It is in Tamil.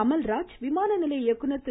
அமல்ராஜ் விமான நிலைய இயக்குனர் திரு